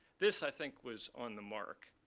this, i think, was on the mark.